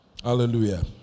hallelujah